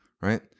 right